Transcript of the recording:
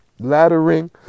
laddering